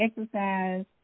exercise